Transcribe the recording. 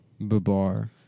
Babar